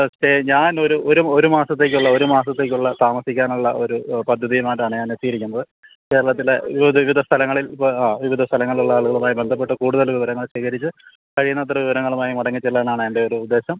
അ stay ഞാനൊരു ഒരു ഒരു മാസത്തേയ്ക്കുള്ള ഒരു മാസത്തേയ്ക്കുള്ള താമസിക്കാനുള്ള ഒര് പദ്ധതിയുമായിട്ടാണ് ഞാൻ എത്തിയിരിക്കുന്നത് കേരളത്തിലെ വിവിധ സ്ഥലങ്ങളിൽ ഇപ്പം ആ വിവിധ സ്ഥലങ്ങളിലുള്ള ആള്കളുമായി ബന്ധപ്പെട്ട് കൂട്തല് വിവരങ്ങൾ ശേഖരിച്ച് കഴിയുന്ന അത്ര വിവരങ്ങളുമായി മടങ്ങിച്ചെല്ലാനാണ് എൻ്റെയൊര് ഉദ്ദേശം